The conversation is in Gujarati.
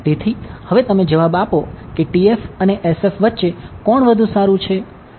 તેથી હવે તમે જવાબ આપો કે TF અને SF વચ્ચે કોણ વધુ સારું છે